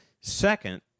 Second